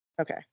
okay